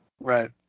Right